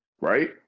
right